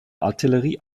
artillerie